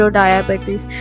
diabetes